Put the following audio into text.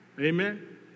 Amen